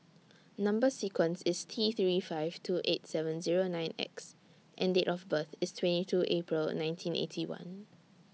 Number sequence IS T three five two eight seven Zero nine X and Date of birth IS twenty two April nineteen Eighty One